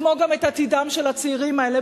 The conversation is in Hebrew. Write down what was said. כמו גם את עתידם של הצעירים האלה,